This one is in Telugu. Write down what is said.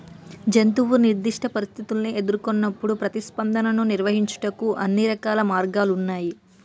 జంతువు నిర్దిష్ట పరిస్థితుల్ని ఎదురుకొన్నప్పుడు ప్రతిస్పందనను నిర్వహించుటకు అన్ని రకాల మార్గాలు ఉన్నాయి